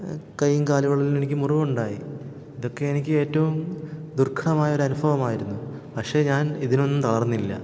കയ്യിലും കാലുകളിലും എനിക്കു മുറിവുണ്ടായി ഇതൊക്കെ എനിക്ക് ഏറ്റവും ദുർഘടമായൊരു അനുഭവമായിരുന്നു പക്ഷെ ഞാൻ ഇതിലൊന്നും തകർന്നില്ല